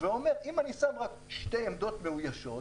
ולכן הוא שם רק שתי עמדות מאוישות,